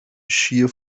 shear